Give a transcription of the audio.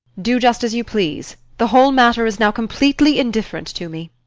do just as you please. the whole matter is now completely indifferent to me.